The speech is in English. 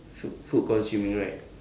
food food consuming right